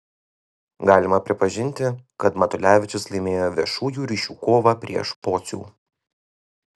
galima pripažinti kad matulevičius laimėjo viešųjų ryšių kovą prieš pocių